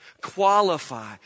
qualify